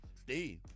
Steve